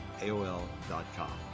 AOL.com